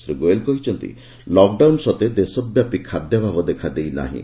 ଶ୍ରୀ ଗୋଏଲ କହିଛନ୍ତି ଲକ୍ଡାଉନ୍ ସତ୍ତ୍ୱେ ଦେଶବ୍ୟାପି ଖାଦ୍ୟଭାବ ଦେଖାଦେଇନାହିଁ